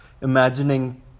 imagining